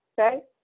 okay